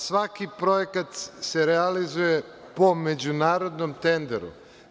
Svako projekat se realizuje po međunarodnom tenderu.